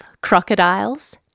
crocodiles